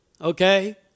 okay